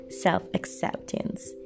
self-acceptance